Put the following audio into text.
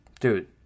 dude